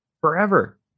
forever